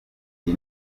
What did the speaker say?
iyi